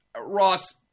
Ross